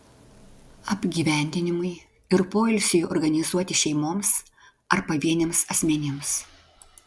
apgyvendinimui ir poilsiui organizuoti šeimoms ar pavieniams asmenims